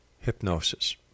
hypnosis